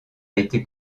été